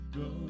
go